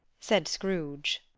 said scrooge.